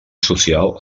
social